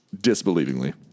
disbelievingly